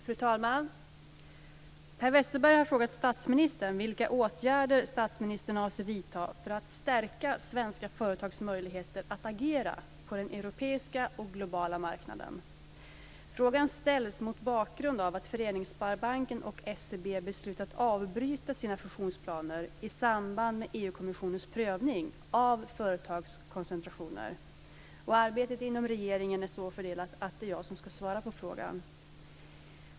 Fru talman! Per Westerberg har frågat statsministern vilka åtgärder statsministern avser vidta för att stärka svenska företags möjligheter att agera på den europeiska och globala marknaden. Frågan ställs mot bakgrund av att Föreningssparbanken och SEB beslutat avbryta sina fusionsplaner i samband med EU-kommissionens prövning av företagskoncentrationer. Arbetet inom regeringen är så fördelat att det är jag som ska svara på frågan.